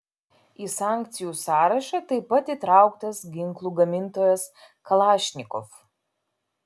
į sankcijų sąrašą taip pat įtrauktas ginklų gamintojas kalašnikov